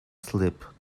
slip